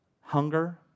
hunger